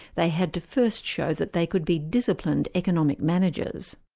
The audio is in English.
they had to first show that they could be disciplined economic managers.